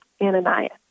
Ananias